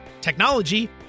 technology